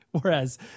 whereas